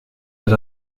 let